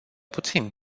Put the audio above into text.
puțin